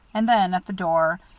and then at the door,